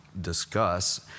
discuss